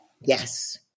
Yes